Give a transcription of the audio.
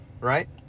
right